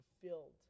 fulfilled